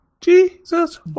Jesus